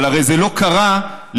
אבל הרי זה לא קרה לבד.